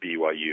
BYU